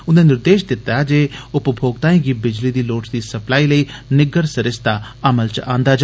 उनें निर्देश दित्ते न जे उपभोक्ताएं गी बिजली दी लोड़चदी सप्लाई लेई निग्गर सरिस्ता अमल च आंदा जा